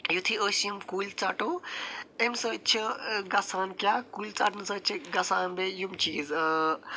یُتھے أسۍ یِم کُلۍ ژٹو امہِ سۭتۍ چھِ گژھان کیٚاہ کُلۍ ژٹنہٕ سۭتۍ چھِ گژھان بیٚیہِ یِم چیٖز آ